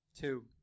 Two